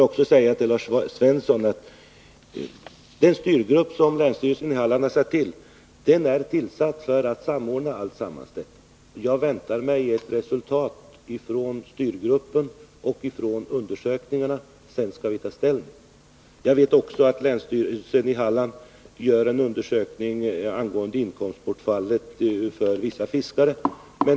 Meningen är, Lars Svensson, att den styrgrupp som länsstyrelsen i Hallands län har satt till skall samordna undersökningarna. Sedan skall vi ta ställning. Länsstyrelsen i Hallands län gör också en undersökning angående inkomstbortfallet för vissa fiskare.